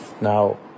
Now